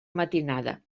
matinada